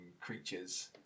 creatures